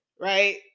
right